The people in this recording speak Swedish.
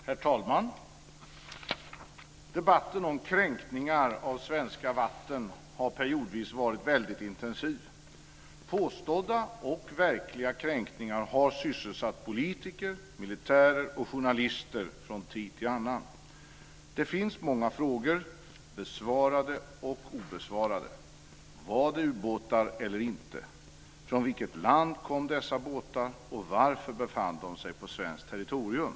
Herr talman! Debatten om kränkningar av svenska vatten har periodvis varit väldigt intensiv. Påstådda och verkliga kränkningar har sysselsatt politiker, militärer och journalister från tid till annan. Det finns många frågor - besvarade och obesvarade. Var det ubåtar eller inte? Från vilket land kom dessa båtar och varför befann de sig på svenskt territorium?